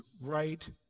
right